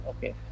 Okay